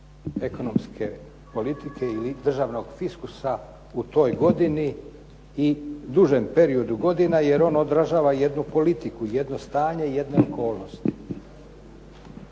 ekonomske politike ili državnog fiskusa u toj godini i dužem periodu godina, jer on odražava jednu politiku, jedno stanje, jednu okolnost.